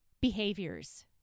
behaviors